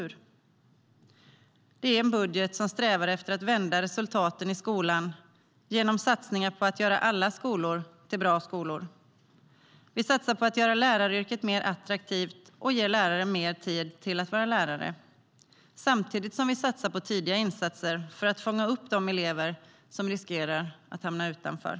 Det är en budget som strävar efter att vända resultaten i skolan genom satsningar på att göra alla skolor till bra skolor. Vi satsar på att göra läraryrket mer attraktivt och ge lärare mer tid till att vara lärare, samtidigt som vi satsar på tidiga insatser för att fånga upp de elever som riskerar att hamna utanför.